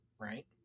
right